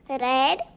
Red